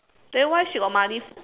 then why she got money